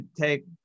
take